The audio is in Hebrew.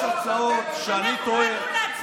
יש הצעות שאני טוען,